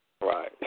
Right